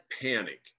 panic